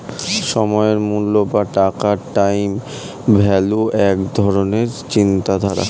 সময়ের মূল্য বা টাকার টাইম ভ্যালু এক ধরণের চিন্তাধারা